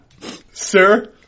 Sir